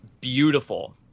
beautiful